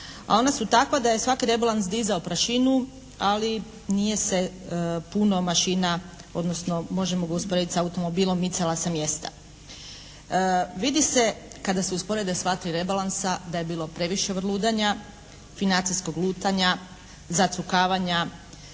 ona su takva da je svaki rebalans dizao prašinu, ali nije se puno mašina odnosno možemo ga usporediti sa automobilom micala sa mjesta. Vidi se kada se usporede sva tri rebalansa da je bilo previše vrludanja, financijskog lutanja, … /Govornica